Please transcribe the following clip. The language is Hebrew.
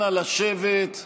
נא לשבת.